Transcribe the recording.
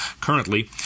Currently